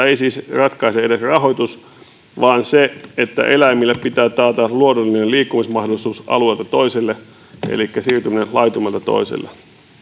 ei siis ratkaise edes rahoitus vaan se että eläimille pitää taata luonnollinen liikkumismahdollisuus alueelta toiselle elikkä siirtyminen laitumelta toiselle